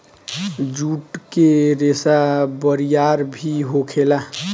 जुट के रेसा बरियार भी होखेला